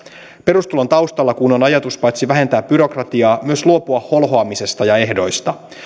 perustulon taustalla kun on ajatus paitsi vähentää byrokratiaa myös luopua holhoamisesta ja ehdoista